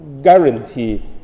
guarantee